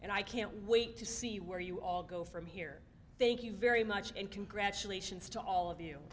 and i can't wait to see where you all go from here thank you very much and congratulations to all